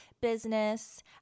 business